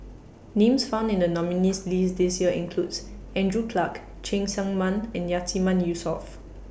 Names found in The nominees' list This Year include Andrew Clarke Cheng Tsang Man and Yatiman Yusof